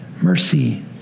Mercy